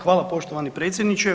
Hvala poštovani predsjedniče.